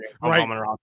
Right